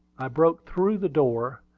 i broke through the door,